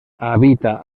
habita